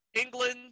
England